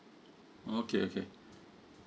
okay okay